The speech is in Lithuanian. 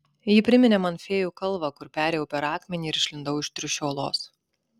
ji priminė man fėjų kalvą kur perėjau per akmenį ir išlindau iš triušio olos